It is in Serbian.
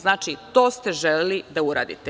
Znači, to ste želeli da uradite.